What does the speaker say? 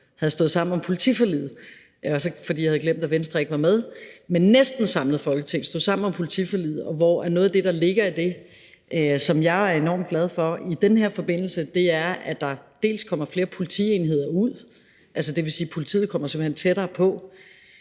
havde stået sammen om politiforliget, men jeg havde glemt, at Venstre ikke var med. Men et næsten samlet Folketing stod sammen om politiforliget. Noget af det, der ligger i det, som jeg er enormt glad for i den her forbindelse, er, at der kommer flere politienheder ud – det vil sige, at politiet simpelt hen kommer tættere på